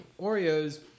Oreos